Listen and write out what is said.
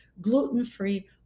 gluten-free